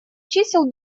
чисел